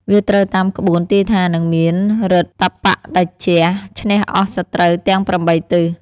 វាត្រូវតាមក្បួន ទាយថា នឹងមានឫទ្ធតបៈតេជះឈ្នះអស់សត្រូវទាំង ៨ ទិស "